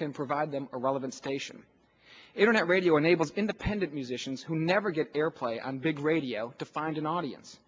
can provide them a relevant station internet radio enables independent musicians who never get airplay on big radio to find an audience